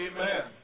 Amen